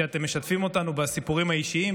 כשאתם משתפים אותנו בסיפורים האישיים,